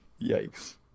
Yikes